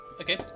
Okay